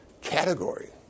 category